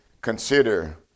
consider